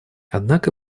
однако